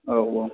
औ औ